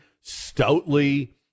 stoutly